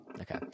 Okay